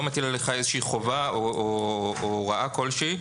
מטיל עליך איזושהי חובה או הוראה כלשהי.